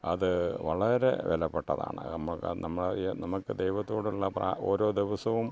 അതു വളരെ വിലപ്പെട്ടതാണ് നമ്മ നമ്മൾ നമുക്ക് ദൈവത്തോടുള്ള പ്രാ ഓരോ ദിവസവും